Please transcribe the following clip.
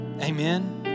Amen